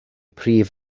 prif